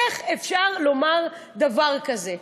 איך אפשר לומר דבר כזה?